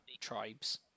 tribes